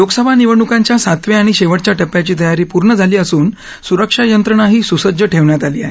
लोकसभा निवडणूकांच्या सातव्या आणि शेवटच्या टप्प्याची तयारी पूर्ण झाली असून सुरक्षा यंत्रणाही सुसज्ज ठेवण्यात आली आहे